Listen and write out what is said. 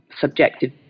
subjective